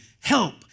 help